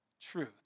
truth